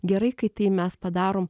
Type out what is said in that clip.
gerai kai tai mes padarom